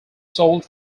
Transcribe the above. sold